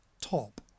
top